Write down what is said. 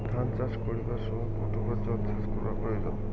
ধান চাষ করিবার সময় কতবার জলসেচ করা প্রয়োজন?